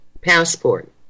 passport